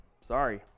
Sorry